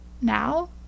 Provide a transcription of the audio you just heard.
Now